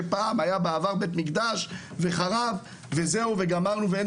שפעם היה בית מקדש וחרב וזהו וגמרנו ואין